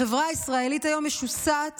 החברה הישראלית היום משוסעת